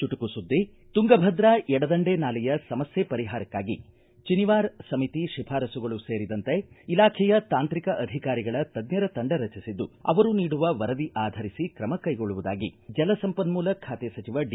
ಚುಟುಕು ಸುದ್ದಿ ತುಂಗಭದ್ರಾ ಎಡದಂಡೆ ನಾಲೆಯ ಸಮಸ್ಕೆ ಪರಿಹಾರಕ್ಕಾಗಿ ಚೆನಿವಾರ್ ಸಮಿತಿ ಶಿಫಾರಸುಗಳು ಸೇರಿದಂತೆ ಇಲಾಖೆಯ ತಾಂತ್ರಿಕ ಅಧಿಕಾರಿಗಳ ತಜ್ಞರ ತಂಡ ರಚಿಸಿದ್ದು ಅವರು ನೀಡುವ ವರದಿ ಆಧರಿಸಿ ಕ್ರಮ ಕೈಗೊಳ್ಳುವುದಾಗಿ ಜಲಸಂಪನ್ಮೂಲ ಖಾತೆ ಸಚಿವ ಡಿ